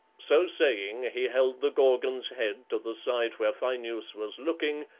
so saying, he held the gorgon's head to the side where phineus was looking,